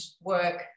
work